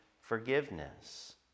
forgiveness